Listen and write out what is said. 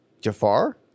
Jafar